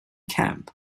camp